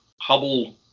Hubble